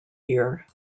year